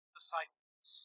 Disciples